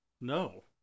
No